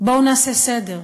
בואו נעשה סדר.